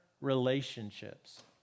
relationships